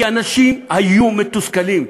כי אנשים היו מתוסכלים,